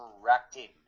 correcting